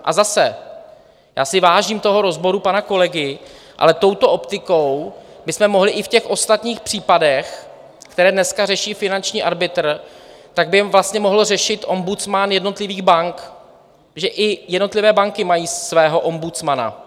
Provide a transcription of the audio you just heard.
A zase, já si vážím toho rozboru pana kolegy, ale touto optikou bychom mohli i v těch ostatních případech, které dneska řeší finanční arbitr, tak by je vlastně mohl řešit ombudsman jednotlivých bank, protože i jednotlivé banky mají svého ombudsmana.